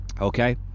Okay